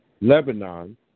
Lebanon